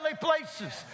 places